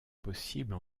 possible